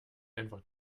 einfach